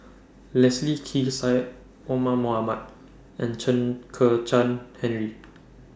Leslie Kee Syed Omar Mohamed and Chen Kezhan Henri